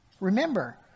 Remember